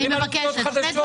מדברים על עובדות חדשות.